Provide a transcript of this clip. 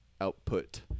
output